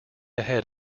ahead